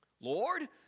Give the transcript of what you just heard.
Lord